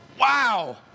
Wow